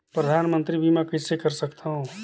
परधानमंतरी बीमा कइसे कर सकथव?